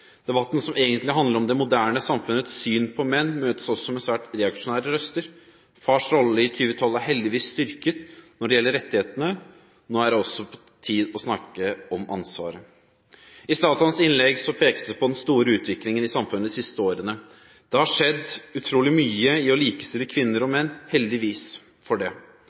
Debatten, som egentlig handler om det moderne samfunnets syn på menn, møtes også med svært reaksjonære røster. Fars rolle i 2012 er heldigvis styrket når det gjelder rettighetene, nå er det tid for også å snakke om ansvaret. I statsrådens innlegg pekes det på den store utviklingen i samfunnet de siste årene. Det har skjedd utrolig mye når det gjelder å likestille kvinner og menn, heldigvis.